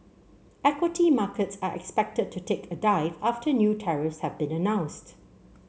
equity markets are expected to take a dive after new tariffs have been announced